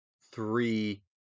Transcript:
three